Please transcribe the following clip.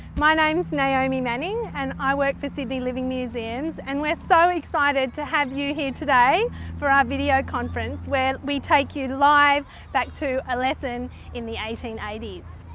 my name's naomi manning and i work for sydney living museums and we're so excited to have you here today for our videoconference where we take you live back to a lesson in the eighteen eighty s.